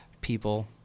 people